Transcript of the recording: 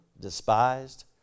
despised